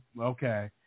okay